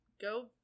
go